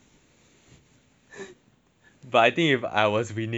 but I think if I was winning right they confirm damn salty